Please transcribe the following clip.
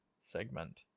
segment